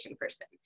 person